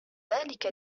ذلك